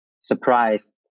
surprise